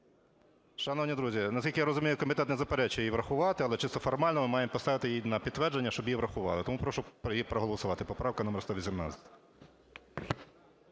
Шановні друзі, наскільки я розумію, комітет не заперечує її врахувати, але чисто формально ми маємо поставити її на підтвердження, щоб її врахували. Тому прошу її проголосувати, поправка номер 118.